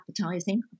advertising